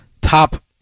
top